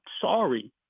sorry